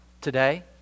today